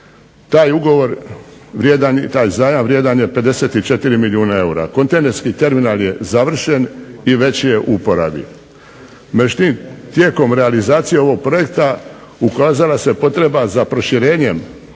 Taj zajam vrijedan je 54 milijuna eura. Kontejnerski terminal je završen i već je u uporabi. Međutim, tijekom realizacije ovog projekta ukazala se potreba za proširenjem